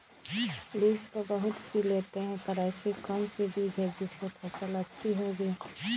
बीज तो बहुत सी लेते हैं पर ऐसी कौन सी बिज जिससे फसल अच्छी होगी?